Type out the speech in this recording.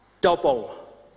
Double